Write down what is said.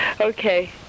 Okay